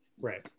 Right